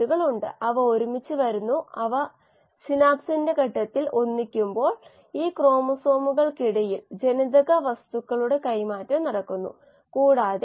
സെല്ലുലോസിന് amylose amylopectin അന്നജം എന്നിവ അറിയാവുന്ന അല്പം വ്യത്യസ്തമായ ശാഖകളുണ്ട് തുടർന്ന് സെല്ലുലോസ് അല്പം വ്യത്യസ്ത ബോണ്ടിംഗും ബ്രാഞ്ചിംഗും ആയിരിക്കും